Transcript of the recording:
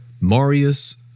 Marius